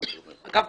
אגב,